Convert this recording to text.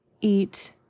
eat